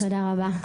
תודה רבה.